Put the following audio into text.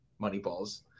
Moneyball's